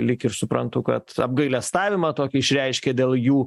lyg ir suprantu kad apgailestavimą tokį išreiškė dėl jų